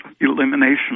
elimination